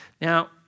Now